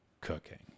cooking